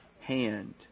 hand